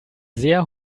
sehr